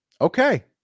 okay